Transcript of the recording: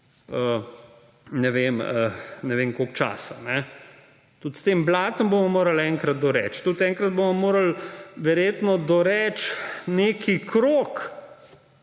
krogu, ne vem, koliko časa. Tudi o tem blatu bomo morali enkrat doreči. Enkrat bomo morali verjetno tudi doreči neki krog,